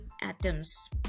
atoms